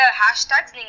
hashtags